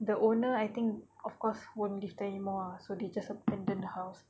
the owner I think of course won't live there anymore ah so they just abandon the house